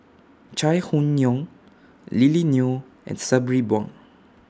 Chai Hon Yoong Lily Neo and Sabri Buang